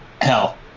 hell